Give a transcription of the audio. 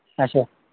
اَچھا